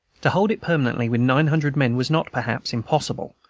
to hold it permanently with nine hundred men was not, perhaps, impossible,